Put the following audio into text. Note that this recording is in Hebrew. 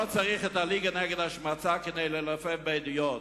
לא צריך את הליגה נגד השמצה כדי לנופף בעדויות,